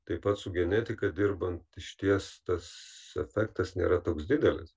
taip pat su genetika dirbant išties tas efektas nėra toks didelis